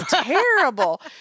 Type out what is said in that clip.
terrible